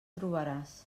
trobaràs